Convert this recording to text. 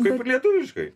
kaip lietuviškai